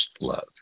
love